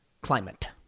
climate